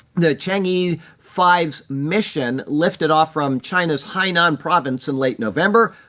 the chang'e five mission lifted off from china's hainan province in late november,